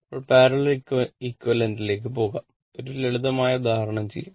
ഇപ്പോൾ പാരലൽ എക്വിവലെന്റിലേക്ക് പോകാം ഒരു ലളിതമായ ഉദാഹരണം ചെയ്യും